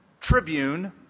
tribune